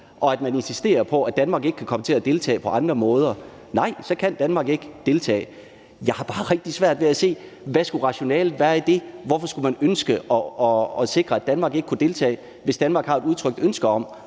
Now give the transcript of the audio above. og at man insisterer på, at Danmark ikke kan komme til at deltage på andre måder, nej, så kan Danmark ikke deltage. Jeg har bare rigtig svært ved at se, hvad rationalet skulle være i det. Hvorfor skulle man ønske at sikre, at Danmark ikke kunne deltage? Hvis Danmark har et udtrykt ønske om